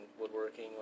woodworking